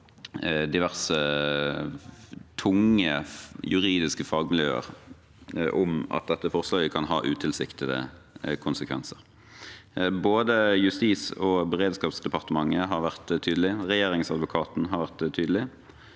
diverse tunge juridiske fagmiljøer om at dette forslaget kan ha utilsiktede konsekvenser. Justis- og beredskapsdepartementet har vært tydelig, Regjeringsadvokaten har vært tydelig,